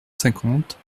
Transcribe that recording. cinquante